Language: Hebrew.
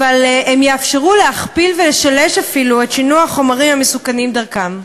אבל הם יאפשרו להכפיל ולשלש אפילו את שינוע החומרים המסוכנים דרכם.